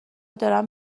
دارن